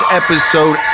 episode